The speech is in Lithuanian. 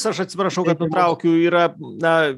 aš atsiprašau kad nutraukiu yra na